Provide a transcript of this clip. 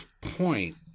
point